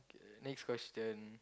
uh next question